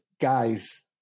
guys